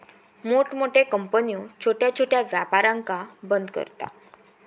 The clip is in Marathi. मोठमोठे कंपन्यो छोट्या छोट्या व्यापारांका बंद करता